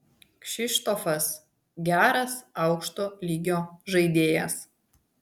kšištofas geras aukšto lygio žaidėjas